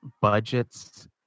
budgets